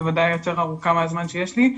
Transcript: בוודאי יותר ארוכה מהזמן שיש לי,